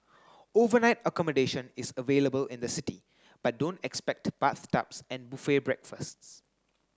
overnight accommodation is available in the city but don't expect bathtubs and buffet breakfasts